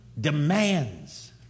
demands